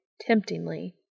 temptingly